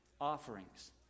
offerings